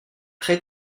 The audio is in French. très